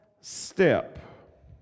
step